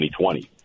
2020